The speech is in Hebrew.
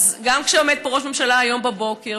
אז גם כשעומד פה ראש ממשלה היום בבוקר,